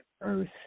earth